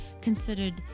considered